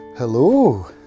Hello